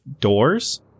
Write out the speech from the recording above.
doors